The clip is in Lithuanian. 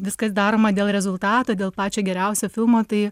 viskas daroma dėl rezultato dėl pačio geriausio filmo tai